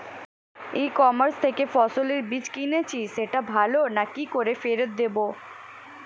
ই commerce থেকে ফসলের বীজ কিনেছি সেটা ভালো না কি করে ফেরত দেব?